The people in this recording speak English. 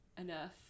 enough